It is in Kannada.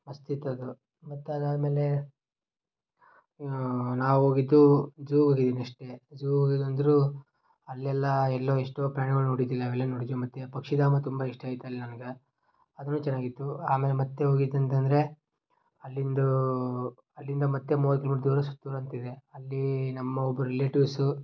ಮಸ್ತಿತ್ತು ಅದು ಮತ್ತು ಅದಾದಮೇಲೇ ನಾವು ಹೋಗಿದ್ದೂ ಝೂ ಹೋಗಿದ್ವಿ ನೆಶ್ಟ್ ಡೇ ಝೂ ಹೋಗಿದಂದರೂ ಅಲ್ಲೆಲ್ಲ ಎಲ್ಲೋ ಎಷ್ಟೋ ಪ್ರಾಣಿಗಳು ನೋಡಿದ್ದಿಲ್ಲ ಅವೆಲ್ಲ ನೋಡಿದೀವಿ ಮತ್ತು ಪಕ್ಷಿಧಾಮ ತುಂಬ ಇಷ್ಟ ಆಯ್ತು ಅಲ್ಲಿ ನನ್ಗೆ ಅದೂನೂ ಚೆನ್ನಾಗಿತ್ತು ಆಮೇಲೆ ಮತ್ತು ಹೋಗಿದ್ದು ಅಂತಂದರೆ ಅಲ್ಲಿಂದೂ ಅಲ್ಲಿಂದ ಮತ್ತು ಮೂವತ್ತು ಕಿಲೋಮೀಟ್ರ್ ದೂರ ಇದೆ ಅಲ್ಲೀ ನಮ್ಮ ಒಬ್ರು ರಿಲೇಟಿವ್ಸು